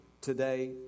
today